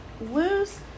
lose